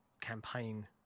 campaign